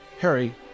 Harry